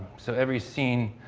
so, every scene,